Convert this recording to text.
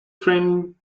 framed